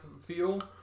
feel